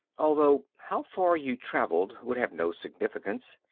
although how far you traveled would have no significance.